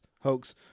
hoax